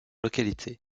localités